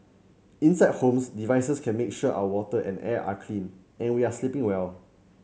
inside homes devices can make sure our water and air are clean and we are sleeping well